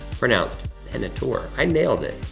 pronounced penitor. i nailed it.